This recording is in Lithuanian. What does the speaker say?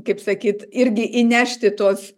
kaip sakyt irgi įnešti tuos